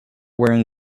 wearing